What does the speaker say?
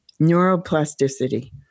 neuroplasticity